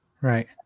Right